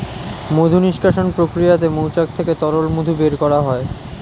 মধু নিষ্কাশণ প্রক্রিয়াতে মৌচাক থেকে তরল মধু বের করা হয়